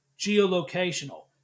geolocational